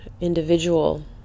individual